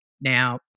Now